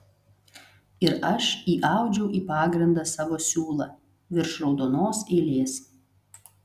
ir aš įaudžiau į pagrindą savo siūlą virš raudonos eilės